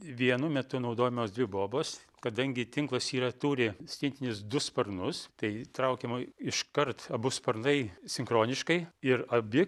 vienu metu naudojamos dvi bobos kadangi tinklas yra turi stintinis du sparnus tai traukiama iškart abu sparnai sinchroniškai ir abi